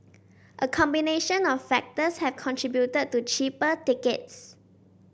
a combination of factors have contributed to cheaper tickets